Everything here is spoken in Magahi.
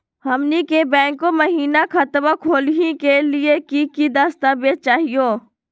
हमनी के बैंको महिना खतवा खोलही के लिए कि कि दस्तावेज चाहीयो?